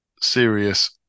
serious